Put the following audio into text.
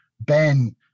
Ben